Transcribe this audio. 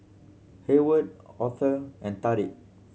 Hayward Otho and Tarik